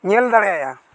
ᱧᱮᱞ ᱫᱟᱲᱮᱭᱟᱭᱟ